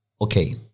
Okay